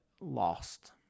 lost